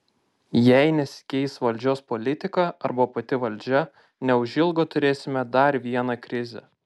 jei nesikeis valdžios politika arba pati valdžia neužilgo turėsime dar vieną krizę